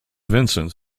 vincent